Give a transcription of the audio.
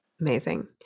Amazing